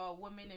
Women